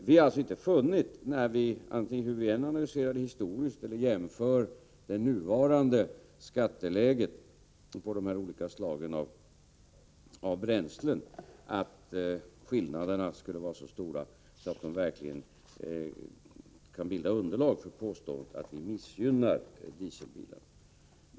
Vi har alltså inte funnit — vare sig vi analyserar det historiskt eller jämför med det nuvarande skatteläget — att skillnaderna mellan de här olika slagen av bränslen skulle vara så stora att de verkligen kan bilda underlag för påståendet att vi missgynnar dieselbilar.